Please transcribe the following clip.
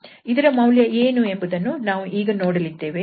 ಇದರ ಮೌಲ್ಯ ಏನು ಎಂಬುದು ಈಗ ನಾವು ನೋಡಲಿದ್ದೇವೆ